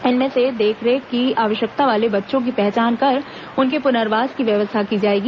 इनमें से देखरेख की आवश्यकता वाले बच्चों की पहचान कर उनके पुनर्वास की व्यवस्था की जाएगी